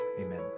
Amen